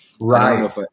Right